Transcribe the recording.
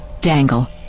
dangle